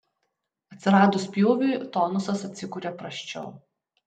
atsiradus pjūviui tonusas atsikuria prasčiau